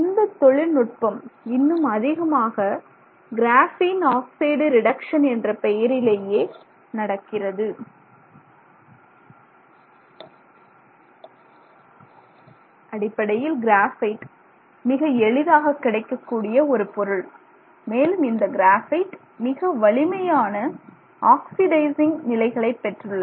இந்த தொழில் நுட்பம் இன்னும் அதிகமாக கிராஃபீன் ஆக்சைடு ரிடக்சன் என்ற பெயரிலேயே நடக்கிறது அடிப்படையில் கிராபைட் மிக எளிதாக கிடைக்கக்கூடிய ஒரு பொருள் மேலும் இந்த கிராபைட் மிக வலிமையான ஆக்சிடைசிங் நிலைகளை பெற்றுள்ளது